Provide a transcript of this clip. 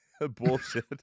bullshit